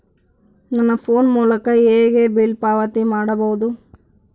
ನನ್ನ ಫೋನ್ ಮೂಲಕ ಹೇಗೆ ಬಿಲ್ ಪಾವತಿ ಮಾಡಬಹುದು?